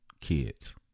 kids